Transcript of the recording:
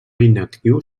inactiu